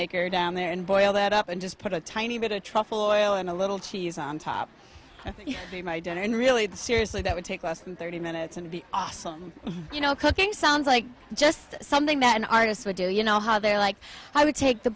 maker down there and boil that up and just put a tiny bit of truffle oil and a little cheese on top of my dinner and really seriously that would take thirty minutes and be awesome you know cooking sounds like just something that an artist would do you know how they're like i would take the